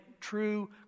true